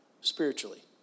spiritually